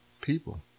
people